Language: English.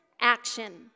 action